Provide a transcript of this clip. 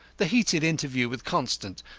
the heated interview with constant,